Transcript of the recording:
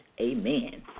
Amen